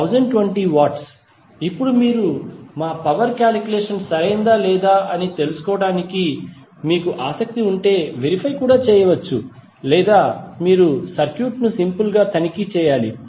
9W 1020W ఇప్పుడు మీరు మా పవర్ కాలిక్యులేషన్ సరైనదా అని తెలుసుకోవడానికి మీకు ఆసక్తి ఉంటే వెరిఫై కూడా చేయవచ్చు లేదా మీరు సర్క్యూట్ను సింపుల్ గా తనిఖీ చేయాలి